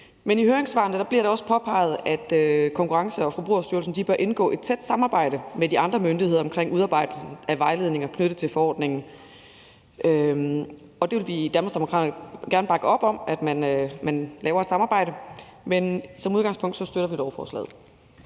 Men i høringssvarene bliver det også påpeget, at Konkurrence- og Forbrugerstyrelsen bør indgå et tæt samarbejde med de andre myndigheder omkring udarbejdelse af vejledninger knyttet til forordningen, og vi vil i Danmarksdemokraterne gerne bakke op om, at man laver et samarbejde. Men som udgangspunkt støtter vi lovforslaget.